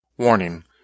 Warning